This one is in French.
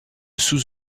sous